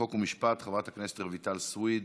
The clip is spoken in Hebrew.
חוק ומשפט, חברת הכנסת רויטל סויד.